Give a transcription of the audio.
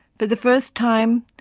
for the first time,